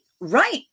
right